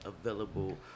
available